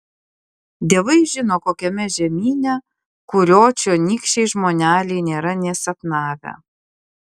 dievai žino kokiame žemyne kurio čionykščiai žmoneliai nėra nė sapnavę